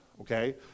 okay